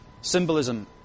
symbolism